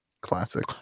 Classic